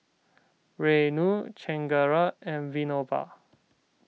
Renu Chengara and Vinoba